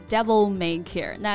Devil-may-care